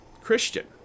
Christian